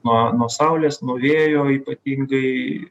nuo nuo saulės nuo vėjo ypatingai